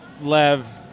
Lev